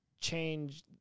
change